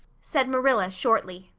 said marilla shortly.